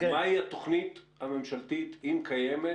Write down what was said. מהי התוכנית הממשלתית, אם קיימת,